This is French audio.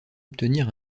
obtenir